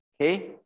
Okay